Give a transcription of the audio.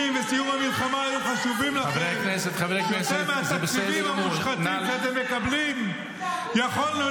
-- גרם וגורם בימים אלה